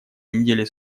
недели